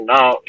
now